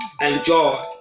enjoy